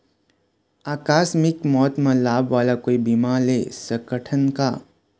आकस मिक मौत म लाभ वाला कोई बीमा ले सकथन का?